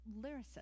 lyricist